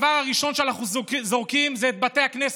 הדבר הראשון שאנחנו זורקים זה את בתי הכנסת,